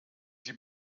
die